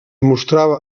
mostrava